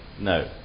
no